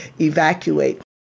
evacuate